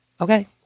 Okay